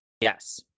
Yes